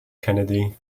kennedy